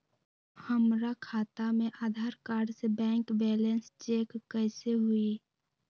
हमरा खाता में आधार कार्ड से बैंक बैलेंस चेक कैसे हुई?